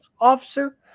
officer